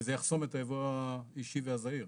כי זה יחסום את האישי והזעיר.